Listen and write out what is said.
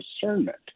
discernment